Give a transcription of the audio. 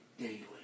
daily